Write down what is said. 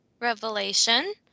revelation